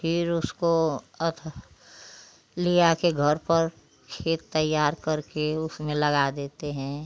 फिर उसको अथ लिया के घर पर खेत तैयार करके उसमें लगा देते हैं